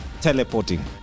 Teleporting